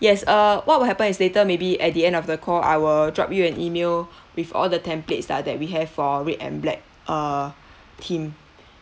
yes uh what will happen is later maybe at the end of the call I'll drop you an email with all the templates lah that we have for red and black uh theme